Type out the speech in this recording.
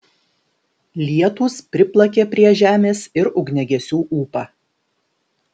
lietūs priplakė prie žemės ir ugniagesių ūpą